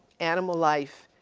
animal life,